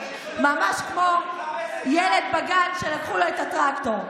ממש כמו ילד בגן שלקחו לו את הטרקטור.